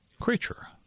creature